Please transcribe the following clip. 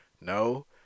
No